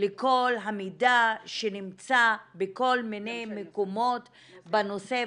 לכל המידע שנמצא בכל מיני מקומות בנושא.